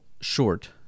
short